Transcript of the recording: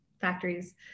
factories